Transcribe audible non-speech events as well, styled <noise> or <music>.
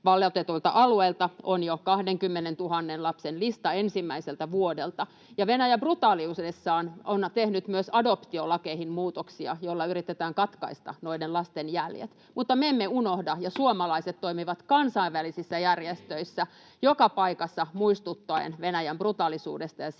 Valloitetuilta alueilta on jo 20 000 lapsen lista ensimmäiseltä vuodelta, ja Venäjä brutaaliudessaan on tehnyt myös adoptiolakeihin muutoksia, joilla yritetään katkaista noiden lasten jäljet. Mutta me emme unohda, ja suomalaiset <noise> toimivat kansainvälisissä järjestöissä, joka paikassa, muistuttaen Venäjän brutaaliudesta ja siitä,